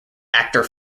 actor